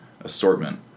assortment